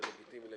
זה לגיטימי לגמרי.